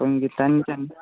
ഇപ്പം കിട്ടാൻ